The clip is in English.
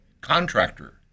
contractor